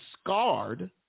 scarred